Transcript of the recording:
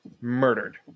murdered